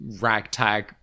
ragtag